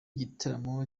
gitaramo